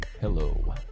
Hello